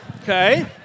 Okay